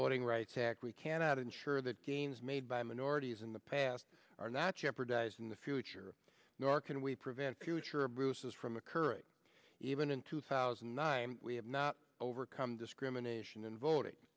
voting rights act we cannot ensure that gains made by minorities in the past are not jeopardized in the future nor can we prevent future bruises from occurring even in two thousand and nine we have not overcome discrimination in voting